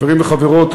חברים וחברות,